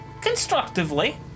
Constructively